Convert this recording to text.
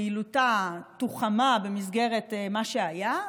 פעילותה תוחמה במסגרת מה שהיה,